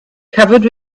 covered